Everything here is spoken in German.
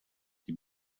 die